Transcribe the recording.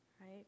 right